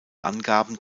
angaben